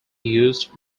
used